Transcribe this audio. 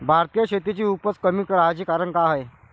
भारतीय शेतीची उपज कमी राहाची कारन का हाय?